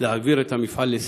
להעביר את המפעל לסין.